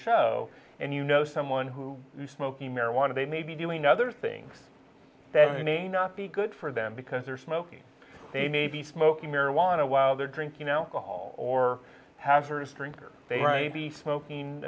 show and you know someone who smoking marijuana they may be doing other things seventy not be good for them because they're smoking they may be smoking marijuana while they're drinking alcohol or hazardous drink or they might be smoking